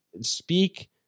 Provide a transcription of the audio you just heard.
speak